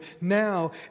now